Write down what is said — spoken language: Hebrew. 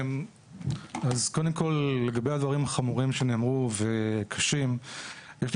קודם כל לגבי הדברים החמורים והקשים שנאמרו,